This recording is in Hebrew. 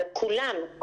על כולם.